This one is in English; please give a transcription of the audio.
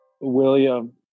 William